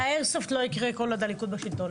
האיירסופט לא יקרה כל עוד הליכוד בשלטון.